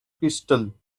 crystal